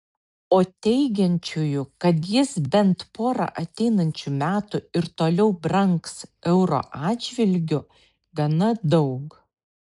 o teigiančiųjų kad jis bent porą ateinančių metų ir toliau brangs euro atžvilgiu gana daug